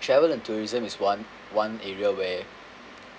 travel and tourism is one one area where